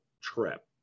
trip